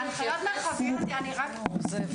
הנחיות מרחביות קשה יותר